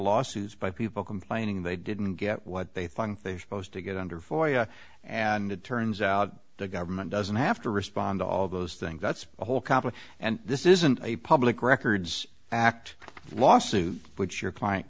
lawsuit by people complaining they didn't get what they thought they supposed to get under for us and it turns out the government doesn't have to respond to all those things that's a whole complex and this isn't a public records act lawsuit which your client